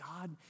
God